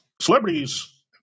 celebrities